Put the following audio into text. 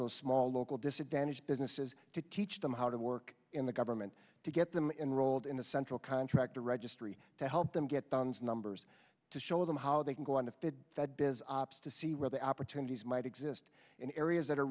those small local disadvantaged businesses to teach them how to work in the government to get them in rolled into central contract or registry to help them get downs numbers to show them how they can go on to fit that biz ops to see where the opportunities might exist in areas that are